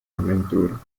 avventura